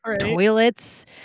toilets